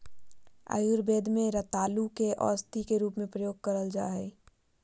आयुर्वेद में रतालू के औषधी के रूप में प्रयोग कइल जा हइ